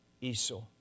Esau